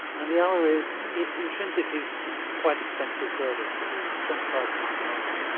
and the other is, it's intrinsically a quite expensive service, it was twenty five pounds a month.